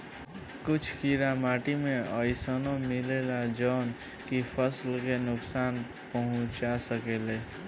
कुछ कीड़ा माटी में अइसनो मिलेलन जवन की फसल के नुकसान पहुँचा सकेले